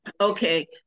Okay